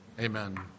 amen